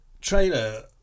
trailer